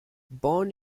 born